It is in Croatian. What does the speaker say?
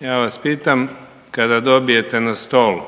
Ja vas pitam, kada dobijete na stol,